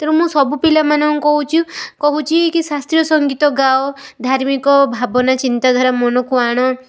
ତେଣୁ ମୁଁ ସବୁ ପିଲାମାନଙ୍କୁ କହୁଛି କହୁଛି କି ଶାସ୍ତ୍ରୀୟ ସଙ୍ଗୀତ ଗାଅ ଧାର୍ମିକ ଭାବନା ଚିନ୍ତାଧାରା ମନକୁ ଆଣ